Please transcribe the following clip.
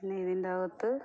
പിന്നെ ഇതിൻ്റെ അകത്ത്